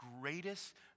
greatest